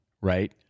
right